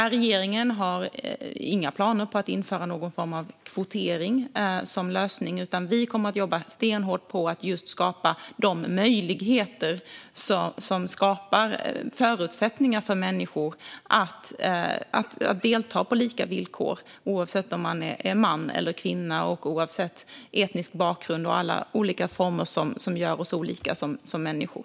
Regeringen har inga planer på att införa någon form av kvotering som lösning, utan vi kommer att jobba stenhårt med att just skapa de möjligheter som ger förutsättningar att delta på lika villkor oavsett om man är man eller kvinna och oavsett etnisk bakgrund och annat som gör oss olika som människor.